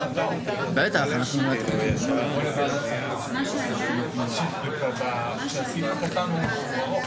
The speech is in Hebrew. שלא מתיישבים עם הכללים הכי בסיסיים בעולם המשפט.